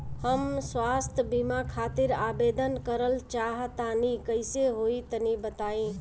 हम स्वास्थ बीमा खातिर आवेदन करल चाह तानि कइसे होई तनि बताईं?